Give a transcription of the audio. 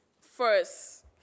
First